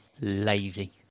Lazy